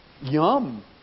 Yum